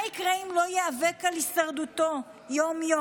מה יקרה אם לא ייאבק על הישרדותו יום-יום?